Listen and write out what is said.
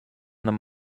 them